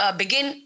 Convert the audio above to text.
begin